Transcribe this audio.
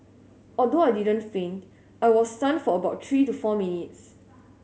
although I didn't faint I was stunned for about three to four minutes